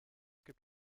gibt